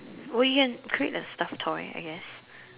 we can create a stuff toy I guess